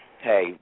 Hey